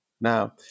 Now